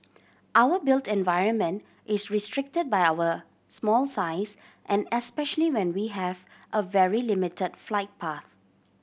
our built environment is restricted by our small size and especially when we have a very limited flight path